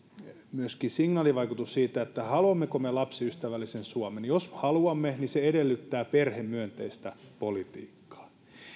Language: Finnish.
on signaali siitä haluammeko me lapsiystävällisen suomen jos haluamme niin se edellyttää perhemyönteistä politiikkaa